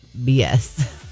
BS